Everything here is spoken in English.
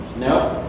No